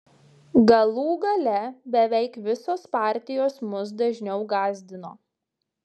galų gale beveik visos partijos mus dažniau gąsdino